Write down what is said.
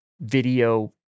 video